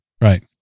Right